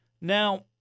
Now